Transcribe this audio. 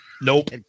nope